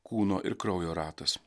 kūno ir kraujo ratas